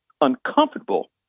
uncomfortable